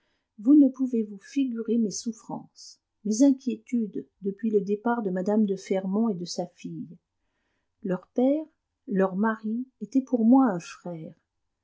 vous ne pouvez vous figurer mes souffrances mes inquiétudes depuis le départ de mme de fermont et de sa fille leur père leur mari était pour moi un frère